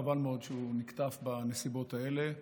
חבל מאוד שהוא נקטף בנסיבות האלה,